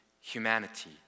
humanity